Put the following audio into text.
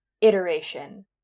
iteration